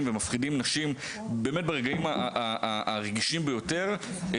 ומפחיד נשים ברגעים הרגישים ביותר מה יקרה לו,